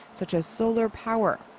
such as solar power.